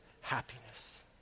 happiness